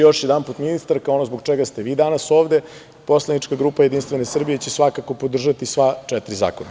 Još jedanput, ministarka ono zbog čega ste vi danas ovde, poslanička grupa JS će svakako podržati sva četiri zakona.